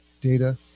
data